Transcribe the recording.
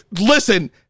Listen